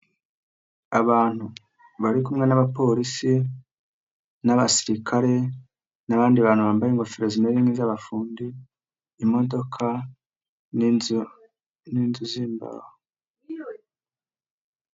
Abantu bari kumwe n'abapolisi n'abasirikare, n'abandi bantu bambaye ingofero zimeze nk'iza abafundi, imodoka, n'inzu z'imbaho.